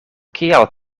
kial